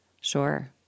Sure